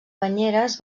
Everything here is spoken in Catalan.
banyeres